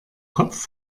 kopf